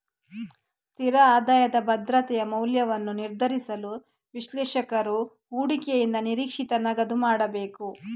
ಸ್ಥಿರ ಆದಾಯದ ಭದ್ರತೆಯ ಮೌಲ್ಯವನ್ನು ನಿರ್ಧರಿಸಲು, ವಿಶ್ಲೇಷಕರು ಹೂಡಿಕೆಯಿಂದ ನಿರೀಕ್ಷಿತ ನಗದು ಮಾಡಬೇಕು